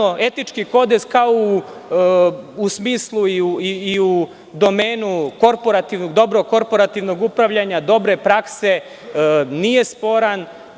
Etički kodeks, u smislu i u domenu korporativnog, dobrog korporativnog upravljanja, dobre prakse, nije sporan.